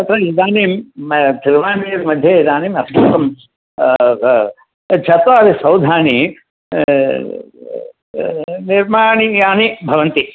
तत्र इदानीं जवानीर् मध्ये इदानीम् अस्माकं चत्वारि सौधानि निर्माणीयानि भवन्ति